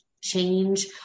change